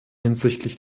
hinsichtlich